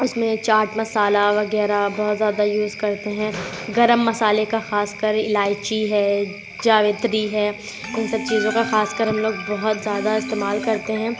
اس میں چاٹ مسالہ وغیرہ بہت زیادہ یوز کرتے ہیں گرم مسالے کا خاص کر الائچی ہے جوینتری ہے ان سب چیزوں کا خاص کر ہم لوگ بہت زیادہ استعمال کرتے ہیں